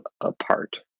apart